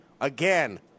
again